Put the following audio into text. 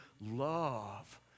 love